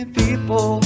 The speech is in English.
people